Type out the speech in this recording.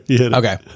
Okay